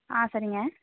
ஆ சரிங்க